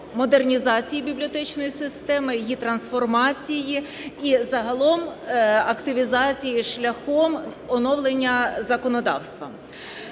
модернізації бібліотечної системи, її трансформації і загалом активізації шляхом оновлення законодавства.